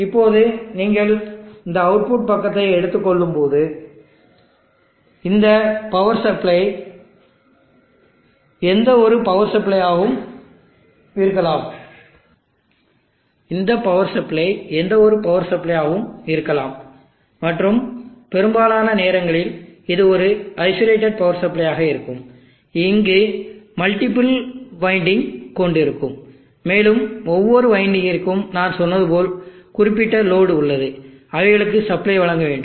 இப்போது நீங்கள் இந்த அவுட்புட் பக்கத்தை எடுத்துக் கொள்ளும்போது இந்த பவர் சப்ளை எந்தவொரு பவர் சப்ளையாகவும் இருக்கலாம் மற்றும் பெரும்பாலான நேரங்களில் இது ஒரு ஐசோலேட்டடு பவர் சப்ளையாக இருக்கும் இது இங்கு மல்டிபிள் வைண்டிங் கொண்டிருக்கும் மேலும் ஒவ்வொரு வைண்டிங்கிற்கும் நான் சொன்னது போல் குறிப்பிட்ட லோடு உள்ளது அவைகளுக்கு சப்ளை வழங்க வேண்டும்